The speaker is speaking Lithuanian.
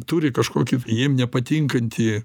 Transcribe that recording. turi kažkokį jiem nepatinkantį